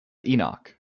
enoch